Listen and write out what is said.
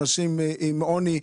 אנשים עם עוני,